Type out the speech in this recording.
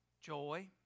joy